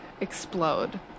explode